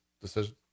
decision